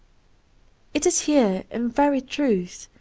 it is here, in very truth,